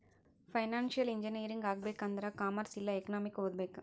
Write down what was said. financial engineering ಆಗ್ಬೇಕ್ ಆಂದುರ್ commerce ಇಲ್ಲಾ ಎಕನಾಮಿಕ್ ಓದ್ಬೇಕ್